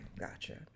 gotcha